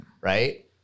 Right